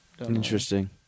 Interesting